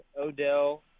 Odell